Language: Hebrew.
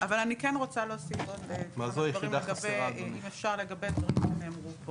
אבל אני כן רוצה להוסיף עוד כמה דברים אם אפשר לגבי דברים שנאמרו פה.